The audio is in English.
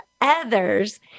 others